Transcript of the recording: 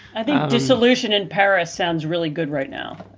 i think the solution in paris sounds really good right now.